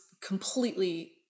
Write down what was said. completely